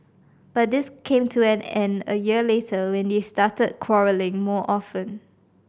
but this came to an end a year later when they started quarrelling more often